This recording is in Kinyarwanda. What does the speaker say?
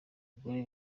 abagore